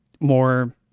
more